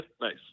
Nice